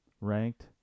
ranked